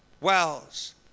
wells